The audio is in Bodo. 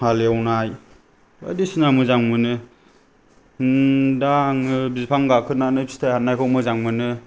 हाल एवनाय बायदिसिना मोजां मोनो हमम दा आङो बिफां गाखोनानै फिथाइ हाननायखौ मोजां मोनो